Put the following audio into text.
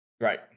right